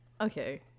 Okay